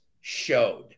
showed